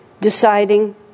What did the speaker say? deciding